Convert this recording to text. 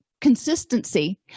consistency